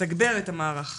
לתגבר את המערך.